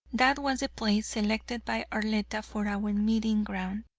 that was the place selected by arletta for our meeting ground.